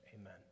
Amen